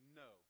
no